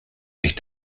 sich